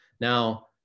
now